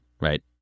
right